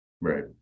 Right